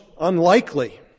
unlikely